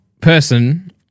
person